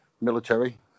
military